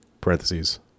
parentheses